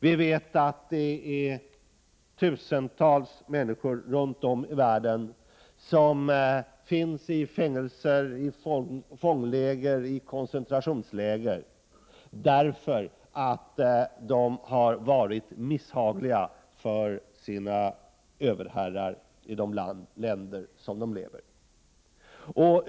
Vi vet att tusentals människor runt om i världen befinner sig i fängelser, fångläger och koncentrationsläger, därför att de har varit misshagliga för sina överherrar i de länder där de lever.